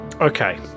okay